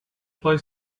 play